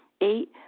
Eight